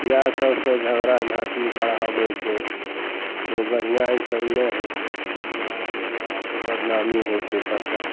इएह सबसे झगड़ा झाँटी बढ़ाबै छै बहुत बढ़िआँ ईसब नहि होइ छै बिहारमे इएहसब बदनामी होइ छै सबटा